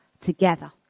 together